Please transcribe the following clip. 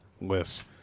list